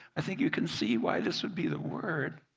i think you can see why this would be the word,